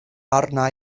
arna